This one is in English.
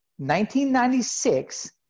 1996